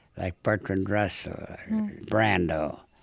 like bertrand russell or brando.